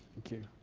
thank you.